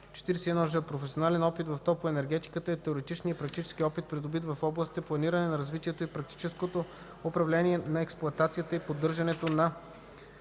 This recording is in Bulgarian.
41ж. „Професионален опит в топлоенергетиката” е теоретичният и практически опит, придобит в областите: планиране на развитието и практическото управление на експлоатацията и поддържането на